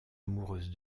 amoureuse